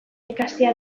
ikastea